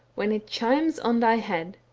when it chimes on thy head.